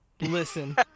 Listen